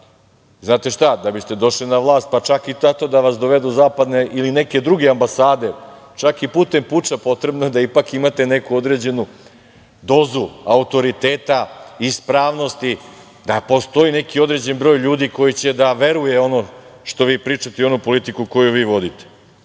Znate šta, da biste došli na vlast, pa čak i tako da vas dovedu zapadne ili neke druge ambasade, čak i putem puča potrebno je da ipak imate neku određenu dozu autoriteta, ispravnosti, da postoji neki određeni broj ljudi koji će da veruje u ono što vi pričate i u onu politiku koju vi vodite. Sada